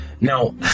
Now